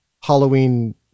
Halloween